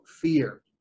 fear